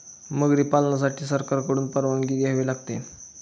मगरी पालनासाठी सरकारकडून परवानगी घ्यावी लागते